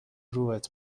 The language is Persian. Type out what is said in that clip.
روحت